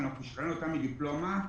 אנחנו שחררנו אותם מדיפלומה,